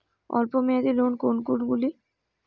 অল্প মেয়াদি লোন কোন কোনগুলি?